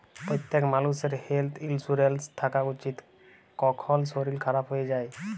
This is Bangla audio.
প্যত্তেক মালুষের হেলথ ইলসুরেলস থ্যাকা উচিত, কখল শরীর খারাপ হয়ে যায়